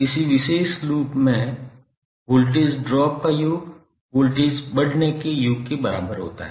किसी विशेष लूप में वोल्टेज ड्रॉप का योग वोल्टेज बढ़ने के योग के बराबर है